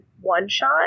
one-shot